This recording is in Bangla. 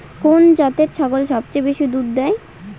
কোন জাতের ছাগল সবচেয়ে বেশি দুধ দেয়?